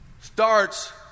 starts